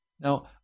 Now